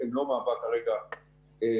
היא לא מהווה כרגע בעיה.